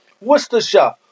Worcestershire